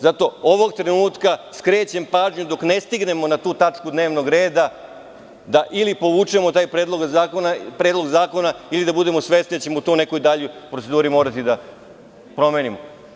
Zato, ovog trenutka skrećem pažnju dok ne stignemo na tu tačku dnevnog reda da ili povučemo taj predlog zakona, ili da budemo svesni da ćemo u toj nekoj daljoj proceduri morati da promenimo.